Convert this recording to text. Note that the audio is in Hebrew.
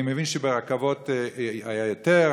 אני מבין שברכבות היה יותר,